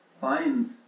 find